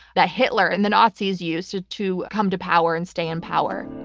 that hitler and the nazis used to to come to power and stay in power.